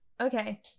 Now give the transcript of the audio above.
Okay